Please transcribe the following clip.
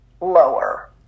lower